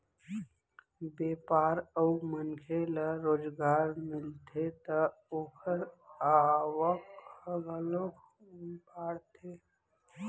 बेपार अउ मनखे ल रोजगार मिलथे त ओखर आवक ह घलोक बाड़थे